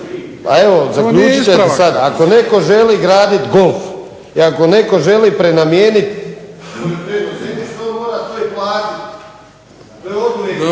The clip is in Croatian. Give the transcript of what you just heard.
Evo zaključit ću sada, ako netko želi graditi golf i ako netko želi prenamijeniti